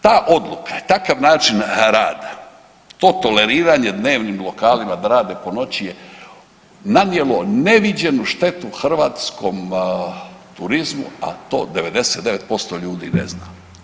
Ta odluka, takav način rada, to toleriranje dnevnim lokalima da rade po noći je nanijelo neviđenu štetu hrvatskom turizmu, a to 99% ljudi ne zna.